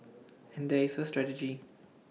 and there is A strategy